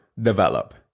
develop